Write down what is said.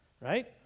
right